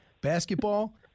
Basketball